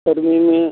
गर्मी में